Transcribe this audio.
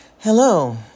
Hello